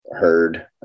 heard